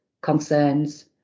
concerns